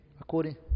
According